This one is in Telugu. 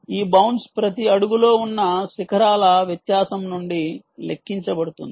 ఈ బౌన్స్ ప్రతి అడుగులో ఉన్న శిఖరాల వ్యత్యాసం నుండి లెక్కించబడుతుంది